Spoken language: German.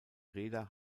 räder